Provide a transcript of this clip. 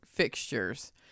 Fixtures